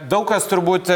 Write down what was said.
daug kas turbūt